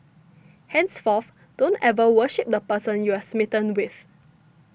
henceforth don't ever worship the person you're smitten with